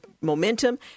momentum